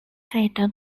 crater